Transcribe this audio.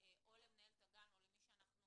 או למנהלת הגן או למי שאנחנו